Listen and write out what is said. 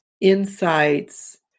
insights